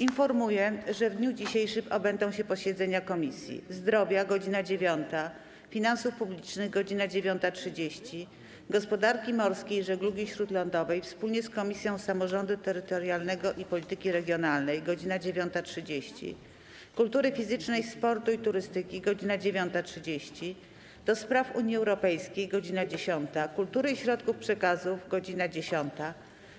Informuję, że w dniu dzisiejszym odbędą się posiedzenia Komisji: - Zdrowia - godz. 9, - Finansów Publicznych - godz. 9.30, - Gospodarki Morskiej i Żeglugi Śródlądowej wspólnie z Komisją Samorządu Terytorialnego i Polityki Regionalnej - godz. 9.30, - Kultury Fizycznej, Sportu i Turystyki - godz. 9.30, - do Spraw Unii Europejskiej - godz. 10, - Kultury i Środków Przekazu - godz. 10, -